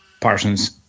Parsons